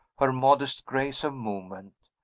her modest grace of movement.